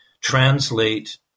translate